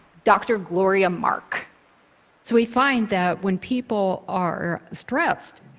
dr. gloria mark so we find that when people are stressed,